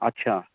اچھا